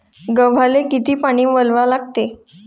गव्हाले किती पानी वलवा लागते?